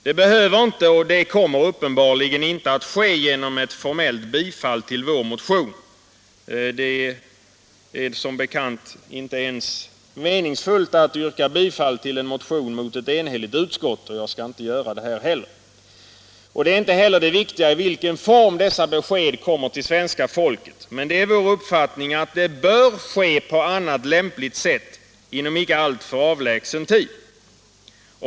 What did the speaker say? Det behöver och kommer uppenbarligen inte att ske genom ett formellt bifall till vår motion — det är som bekant inte ens meningsfullt att yrka bifall till en motion mot ett utskotts enhälliga avstyrkande, och jag skall heller inte göra det. Det viktiga är inte heller i vilken form dessa besked kommer till svenska folket. Men det är vår uppfattning att det bör ske på annat lämpligt sätt inom en inte alltför avlägsen tid.